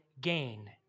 gain